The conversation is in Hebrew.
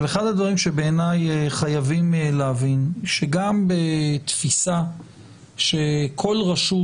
אבל אחד הדברים שבעיניי חייבים להבין הוא שגם בתפיסה שכל רשות,